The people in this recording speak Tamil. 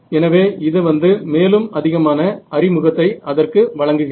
எனவே இது வந்து மேலும் அதிகமான அறிமுகத்தை அதற்கு வழங்குகிறது